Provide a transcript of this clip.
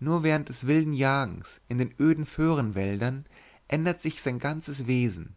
nur während des wilden jagens in den öden föhrenwäldern ändert er sein ganzes wesen